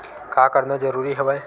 का करना जरूरी हवय?